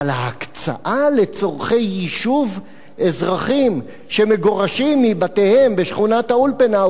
אבל ההקצאה לצורכי יישוב אזרחים שמגורשים מבתיהם בשכונת-האולפנה,